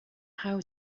how